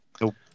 Nope